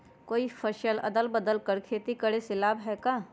कोई फसल अदल बदल कर के खेती करे से लाभ है का?